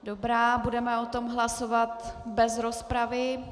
Dobrá, budeme o tom hlasovat bez rozpravy.